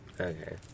okay